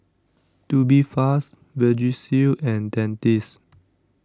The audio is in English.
Tubifast Vagisil and Dentiste